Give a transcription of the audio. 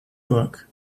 book